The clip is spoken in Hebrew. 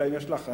אלא אם יש לך,